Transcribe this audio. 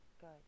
Good